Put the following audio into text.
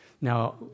Now